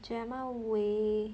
jemma wei